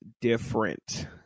different